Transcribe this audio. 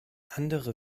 andere